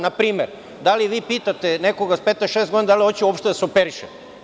Na primer, da li vi pitate nekoga sa 15 ili 16 godina, da li hoće uopšte da se operiše?